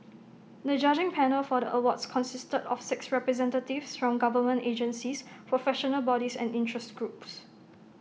the judging panel for the awards consisted of six representatives from government agencies professional bodies and interest groups